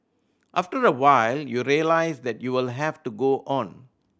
after a while you realise that you will have to go on